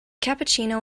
cappuccino